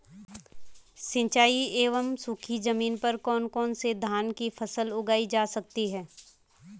सिंचाई एवं सूखी जमीन पर कौन कौन से धान की फसल उगाई जा सकती है?